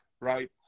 right